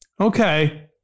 Okay